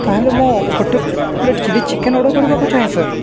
ତା'ହଲେ ମୁଁ ଗୋଟେ plate chilli chicken order କରିବାକୁ ଚାହେଁ ସାର୍